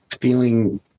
feeling